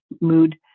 mood